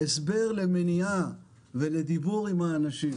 הסבר למניעה ולדיבור על האנשים.